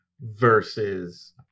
versus